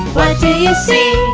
do you see?